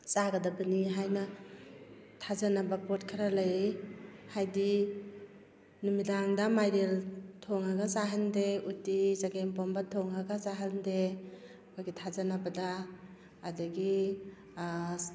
ꯆꯥꯒꯗꯕꯅꯤ ꯍꯥꯏꯅ ꯊꯥꯖꯅꯕ ꯄꯣꯠ ꯈꯔ ꯂꯩ ꯍꯥꯏꯕꯗꯤ ꯅꯨꯃꯤꯗꯥꯡꯗ ꯃꯥꯏꯔꯦꯜ ꯊꯣꯡꯉꯒ ꯆꯥꯍꯟꯗꯦ ꯎꯠꯇꯤ ꯆꯒꯦꯝ ꯄꯣꯝꯕ ꯊꯣꯡꯉꯒ ꯆꯥꯍꯟꯗꯦ ꯑꯩꯈꯣꯏꯒꯤ ꯊꯥꯖꯅꯕꯗ ꯑꯗꯨꯗꯒꯤ